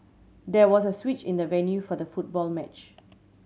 there was a switch in the venue for the football match